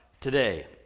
today